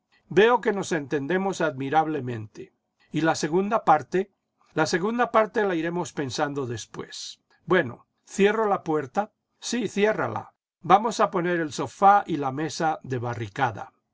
veo que nos ei tendemos admirablemente y la segunda parte la segunda parte la iremos pensando después bueno cierro la puerta sí ciérrala vamos a poner el sofá y la mesa de barricada